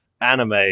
anime